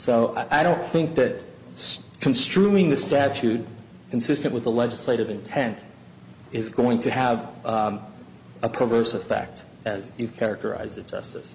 so i don't think that construing the statute consistent with the legislative intent is going to have a perverse effect as you characterize it justice